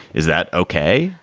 is that okay?